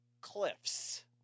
Cliff's